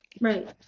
Right